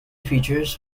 features